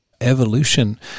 evolution